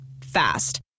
Fast